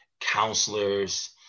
counselors